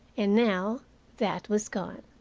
and now that was gone.